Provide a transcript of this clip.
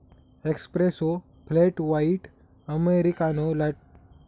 espresso, flat white, americano, latte, cappuccino, mocha या कॉफीना प्रकार शेतसं